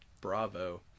bravo